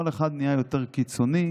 כל אחד נהיה יותר קיצוני,